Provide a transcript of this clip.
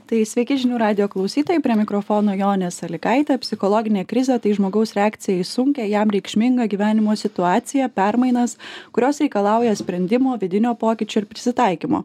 tai sveiki žinių radijo klausytojai prie mikrofono jonė salygaitė psichologinė krizė tai žmogaus reakcija į sunkią jam reikšmingą gyvenimo situaciją permainas kurios reikalauja sprendimo vidinio pokyčio ir prisitaikymo